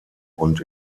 und